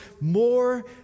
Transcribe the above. more